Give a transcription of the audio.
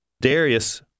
Darius